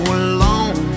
alone